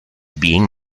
being